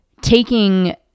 taking